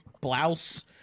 blouse